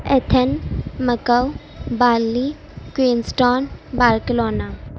Athens Mecca بانلی کوئنسٹن Barcelona